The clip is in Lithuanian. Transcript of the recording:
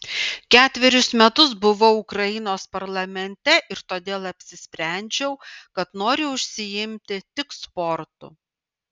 ketverius metus buvau ukrainos parlamente ir todėl apsisprendžiau kad noriu užsiimti tik sportu